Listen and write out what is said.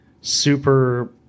super